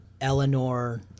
Eleanor